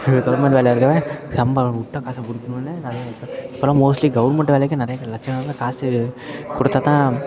இது கவர்மெண்ட்டு வேலையில் இருக்கிறவேன் சம்பளம் விட்ட காசை பிடிக்கிணும்னு நிறைய இப்போ இப்பெலாம் மோஸ்ட்லி கவர்மெண்ட் வேலைக்கு நிறைய லட்ச கணக்கில் காசு கொடுத்தா தான்